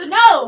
no